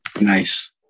nice